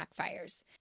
backfires